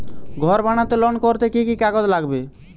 ঘর বানাতে লোন করতে কি কি কাগজ লাগবে?